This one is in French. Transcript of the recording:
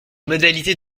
modalités